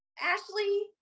Ashley